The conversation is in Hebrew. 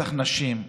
רצח נשים.